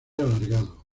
alargado